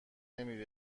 نمی